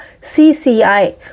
CCI